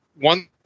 one